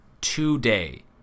today